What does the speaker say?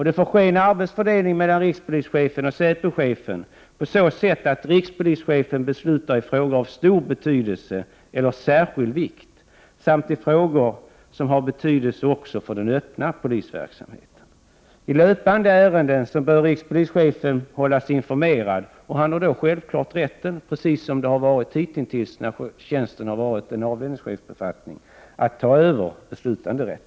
Det får ske en arbetsfördelning mellan rikspolischefen och säpochefen på så sätt att rikspolischefen beslutar i frågor av stor betydelse eller särskild vikt samt i frågor som har betydelse också för den öppna polisverksamheten. I löpande ärenden bör rikspolischefen hållas informerad. Han har då självfallet rätten, precis som hittills när tjänsten som 123 säpochef har varit en avdelningschefsbefattning, att ta över beslutanderätten.